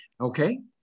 okay